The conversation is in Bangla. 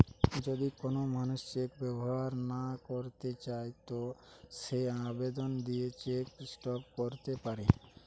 যদি কোন মানুষ চেক ব্যবহার না কইরতে চায় তো সে আবেদন দিয়ে চেক স্টপ ক্যরতে পারে